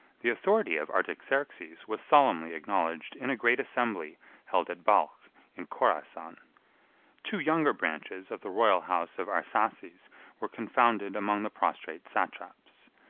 the authority of artaxerxes was solemnly acknowledged in a great assembly held at balch in khorasan. two younger branches of the royal house of arsaces were confounded among the prostrate satraps.